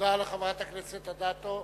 תודה לחברת הכנסת אדטו.